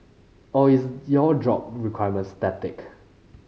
or is your job requirement static